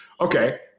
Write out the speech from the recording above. Okay